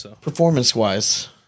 Performance-wise